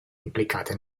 implicate